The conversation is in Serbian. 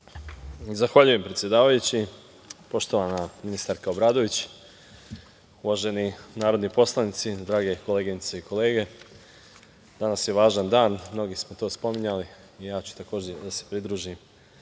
Zahvaljujem, predsedavajući. Poštovana ministarka Obradović, uvaženi narodni poslanici, drage koleginice i kolege, danas je važan dan, mnogi su to spominjali i ja ću se takođe pridružiti